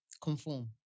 conform